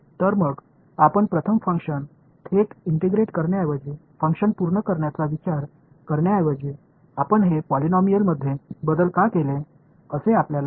तर मग आपण प्रथम फंक्शन थेट इंटिग्रेट करण्याऐवजी फंक्शन पूर्ण करण्याचा विचार करण्याऐवजी आपण हे पॉलिनॉमियलमध्ये बदल का केले असे आपल्याला वाटते